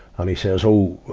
and he says, oh,